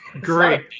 Great